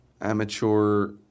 amateur